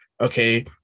okay